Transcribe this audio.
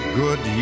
good